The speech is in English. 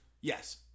Yes